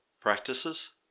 practices